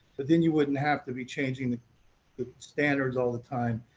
but then you wouldn't have to be change ing the the standards all the time.